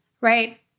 right